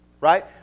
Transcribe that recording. right